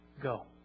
Go